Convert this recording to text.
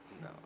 No